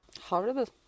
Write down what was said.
Horrible